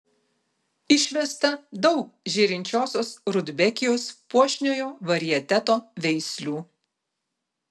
išvesta daug žėrinčiosios rudbekijos puošniojo varieteto veislių